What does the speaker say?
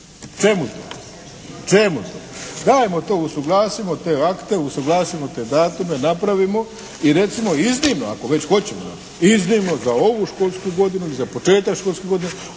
Čemu to? Čemu to? Dajmo to, usuglasimo te akte, usuglasimo te datume. Napravimo i recimo iznimno ako već hoćemo, iznimno za ovu školsku godinu i za početak školske godine